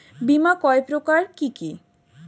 বীমা কয় প্রকার কি কি?